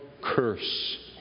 curse